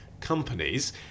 companies